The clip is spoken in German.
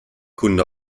kunde